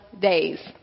days